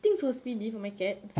things for speedy for my cat